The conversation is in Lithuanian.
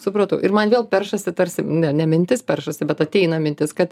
supratau ir man vėl peršasi tarsi ne ne mintis peršasi bet ateina mintis kad